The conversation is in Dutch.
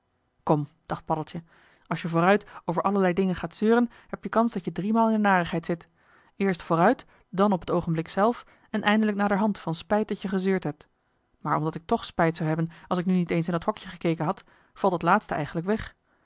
kom dacht paddeltje als je vooruit over allerlei dingen gaat zeuren heb-je kans dat je driemaal in de narigheid zit eerst vooruit dàn op het oogenblik zelf en eindelijk naderhand van spijt dat je gezeurd hebt maar omdat ik tch spijt zou hebben joh h been paddeltje de scheepsjongen van michiel de ruijter als ik nu niet eens in dat hokje gekeken had valt dat laatste eigenlijk weg